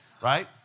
right